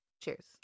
Cheers